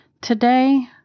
Today